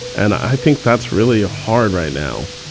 and i think that's really hard right now.